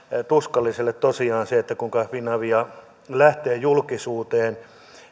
tuskalliselle se kuinka finavia lähtee julkisuuteen